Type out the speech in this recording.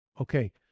Okay